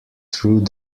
through